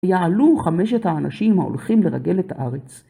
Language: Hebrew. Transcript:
יעלו חמשת האנשים ההולכים לרגל את הארץ.